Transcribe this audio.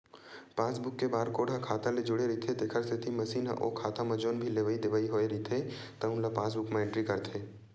passbook के barcode ह खाता ले जुड़े रहिथे तेखर सेती मसीन ह ओ खाता म जउन भी लेवइ देवइ होए रहिथे तउन ल पासबूक म एंटरी करथे